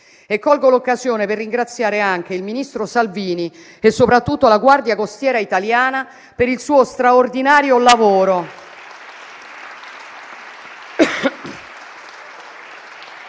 Colgo l'occasione per ringraziare anche il ministro Salvini e soprattutto la Guardia costiera italiana per il suo straordinario lavoro